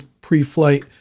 pre-flight